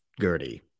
Gertie